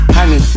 Honey